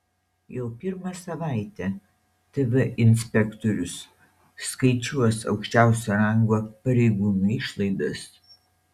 jau pirmą savaitę tv inspektorius skaičiuos aukščiausio rango pareigūnų išlaidas